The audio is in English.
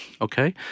Okay